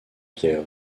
pierre